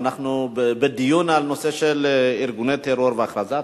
אנחנו בדיון על נושא של ארגוני טרור והכרזת